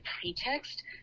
pretext